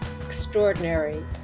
extraordinary